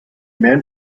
man